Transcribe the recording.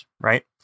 right